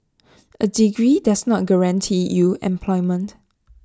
A degree does not guarantee you employment